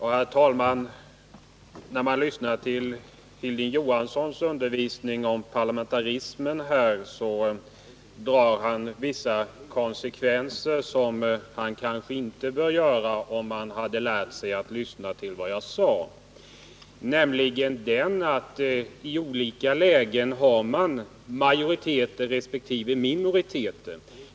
Herr talman! När man lyssnar till Hilding Johanssons undervisning om parlamentarism, märker man att han drar vissa slutsatser, som han kanske inte borde ha dragit om han hade lärt sig att höra på vad jag säger, nämligen att det i olika lägen finns majoriteter resp. minoriteter.